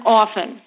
often